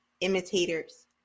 imitators